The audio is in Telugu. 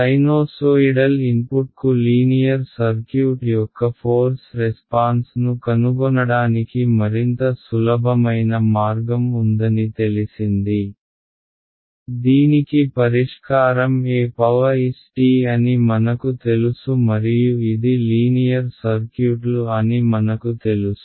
సైనోసోయిడల్ ఇన్పుట్ కు లీనియర్ సర్క్యూట్ యొక్క ఫోర్స్ రెస్పాన్స్ ను కనుగొనడానికి మరింత సులభమైన మార్గం ఉందని తెలిసింది దీనికి పరిష్కారం est అని మనకు తెలుసు మరియు ఇది లీనియర్ సర్క్యూట్లు అని మనకు తెలుసు